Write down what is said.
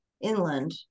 inland